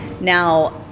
now